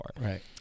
right